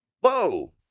Whoa